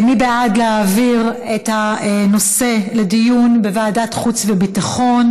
מי בעד להעביר את הנושא לדיון בוועדת חוץ וביטחון?